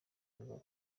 rwa